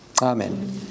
Amen